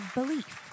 Belief